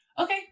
okay